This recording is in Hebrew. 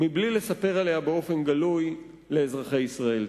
בלי לספר עליה באופן גלוי לאזרחי ישראל.